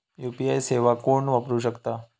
UPI सेवा कोण वापरू शकता?